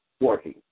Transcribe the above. working